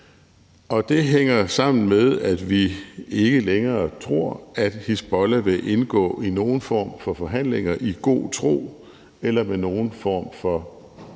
og det hænger sammen med, at vi ikke længere tror, at Hizbollah vil indgå i nogen form for forhandlinger i god tro eller med nogen form for oprigtige